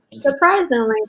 surprisingly